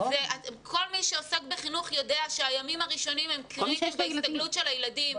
כל מי שעוסק בחינוך יודע שהימים הראשונים הם קריטיים בהסתגלות הילדים,